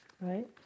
Right